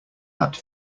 that